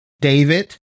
David